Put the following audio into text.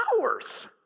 hours